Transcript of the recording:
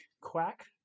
Quack